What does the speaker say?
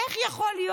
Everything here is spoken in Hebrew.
איך יכול להיות?